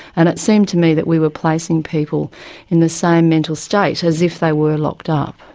and it seemed to me that we were placing people in the same mental state as if they were locked up.